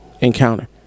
encounter